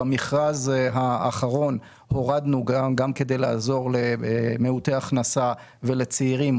במכרז האחרון הורדנו - גם כדי לעזור למעוטי הכנסה ולצעירים,